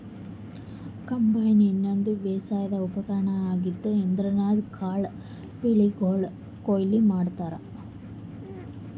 combine ಇದೊಂದ್ ಬೇಸಾಯದ್ ಉಪಕರ್ಣ್ ಆಗಿದ್ದ್ ಇದ್ರಿನ್ದ್ ಕಾಳ್ ಬೆಳಿಗೊಳ್ ಕೊಯ್ಲಿ ಮಾಡ್ತಾರಾ